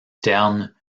terne